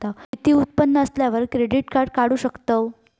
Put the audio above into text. किती उत्पन्न असल्यावर क्रेडीट काढू शकतव?